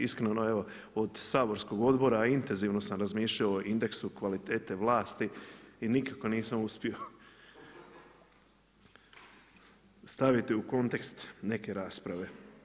Iskreno evo od saborskog odbora intenzivno sam razmišljao o indeksu kvalitete vlasti i nikako nisam uspio staviti u kontekst neke rasprave.